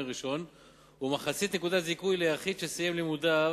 ראשון ומחצית נקודת זיכוי ליחיד שסיים לימודיו